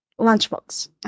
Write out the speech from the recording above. Lunchbox